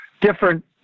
different